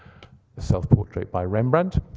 self-portrait by rembrandt.